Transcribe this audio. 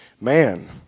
Man